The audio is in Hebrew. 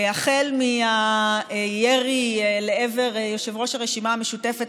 החל מהירי לעבר יושב-ראש הרשימה המשותפת